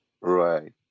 Right